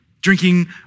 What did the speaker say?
drinking